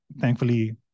thankfully